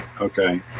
okay